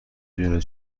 دونه